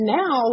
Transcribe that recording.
now